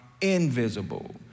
invisible